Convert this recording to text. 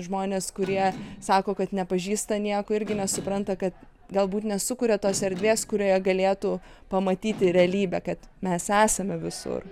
žmonės kurie sako kad nepažįsta nieko irgi nesupranta kad galbūt nesukuria tos erdvės kurioje galėtų pamatyti realybę kad mes esame visur